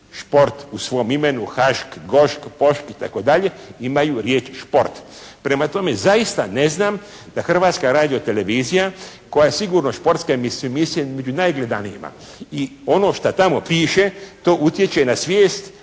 "šport" u svom imenu "Hašk", "Gošk" itd. imaju riječ: "šport". Prema tome zaista ne znam da Hrvatska radiotelevizija koja sigurno športske emisije među najgledanijima i ono šta tamo piše, to utječe na svijest